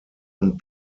und